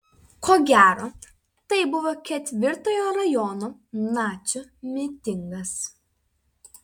ko gero tai buvo ketvirtojo rajono nacių mitingas